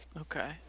Okay